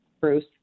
bruce